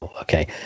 okay